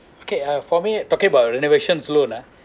okay uh for me talking about renovations loan ah